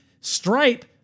Stripe